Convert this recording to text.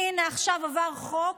הינה, עכשיו עבר חוק,